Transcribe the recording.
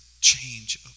change